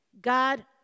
God